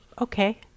okay